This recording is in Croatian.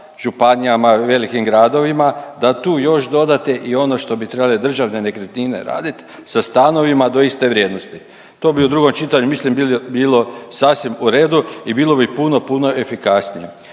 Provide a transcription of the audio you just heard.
županijama velikim gradovima da tu još dodate i ono što bi trebale Državne nekretnine radit sa stanovima do iste vrijednosti. To bi u drugom čitanju mislim bilo sasvim u redu i bilo bi puno, puno efikasnije.